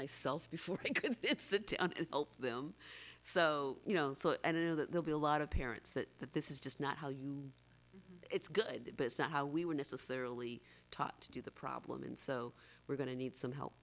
myself before them so you know i don't know that they'll be a lot of parents that that this is just not how you know it's good but it's not how we were necessarily taught to do the problem and so we're going to need some help